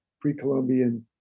pre-Columbian